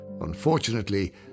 unfortunately